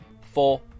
four